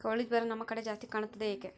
ಕೋಳಿ ಜ್ವರ ನಮ್ಮ ಕಡೆ ಜಾಸ್ತಿ ಕಾಣುತ್ತದೆ ಏಕೆ?